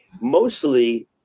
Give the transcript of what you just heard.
mostly